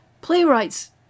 playwrights